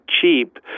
cheap